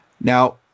Now